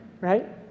right